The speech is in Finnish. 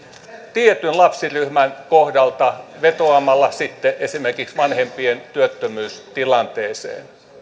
tietyn lapsiryhmän kohdalla vetoamalla sitten esimerkiksi vanhempien työttömyystilanteeseen